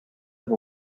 have